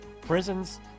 prisons